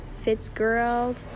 Fitzgerald